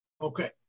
Okay